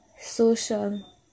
social